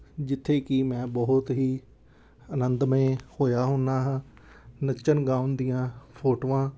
ਜਿੱਥੇ ਕਿ ਮੈਂ ਬਹੁਤ ਹੀ ਆਨੰਦਮਈ ਹੋਇਆ ਹੁੰਦਾ ਹਾਂ ਨੱਚਣ ਗਾਉਣ ਦੀਆਂ ਫੋਟੋਆਂ